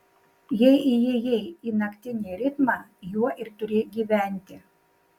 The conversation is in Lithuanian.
jei įėjai į naktinį ritmą juo ir turi gyventi